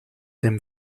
dem